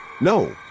No